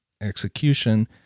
execution